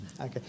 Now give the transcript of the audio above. Okay